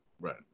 Right